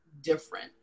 different